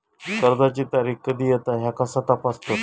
कर्जाची तारीख कधी येता ह्या कसा तपासतत?